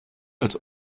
als